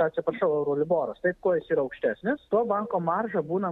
tai atsiprašau euro liboras taip kuo jis yra aukštesnis tuo banko marža būna